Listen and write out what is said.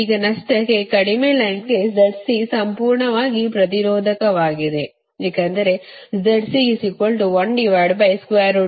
ಈಗ ನಷ್ಟಕ್ಕೆ ಕಡಿಮೆ ಲೈನ್ಗೆ Zc ಸಂಪೂರ್ಣವಾಗಿ ಪ್ರತಿರೋಧಕವಾಗಿದೆ ಏಕೆಂದರೆ ನೋಡಿದ್ದೀರಿ